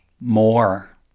more